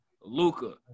Luca